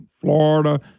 Florida